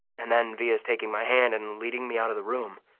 and then via's taking my hand and leading me out of the room.